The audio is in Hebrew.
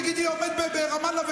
תינוקות.